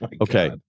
Okay